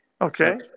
Okay